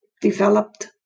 developed